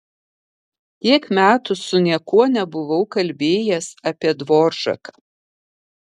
tiek metų su niekuo nebuvau kalbėjęs apie dvoržaką